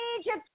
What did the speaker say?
Egypt